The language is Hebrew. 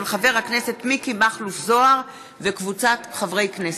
של חבר הכנסת מיקי מכלוף זוהר וקבוצת חברי הכנסת.